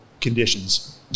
conditions